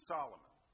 Solomon